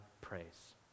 praise